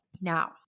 Now